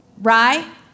Right